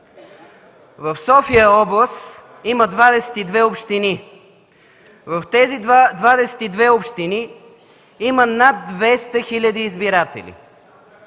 В София – област, има 22 общини. В тези 22 общини има над 200 хиляди избиратели.